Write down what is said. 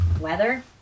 weather